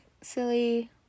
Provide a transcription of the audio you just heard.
silly